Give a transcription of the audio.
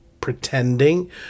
pretending